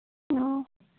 ꯑꯣ